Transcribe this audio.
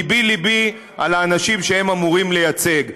ליבי-ליבי על האנשים שהם אמורים לייצג,